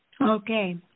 Okay